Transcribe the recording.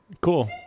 Cool